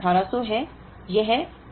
Y 3 1800 है